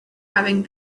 having